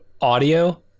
audio